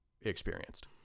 experienced